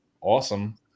awesome